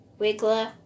Wiggler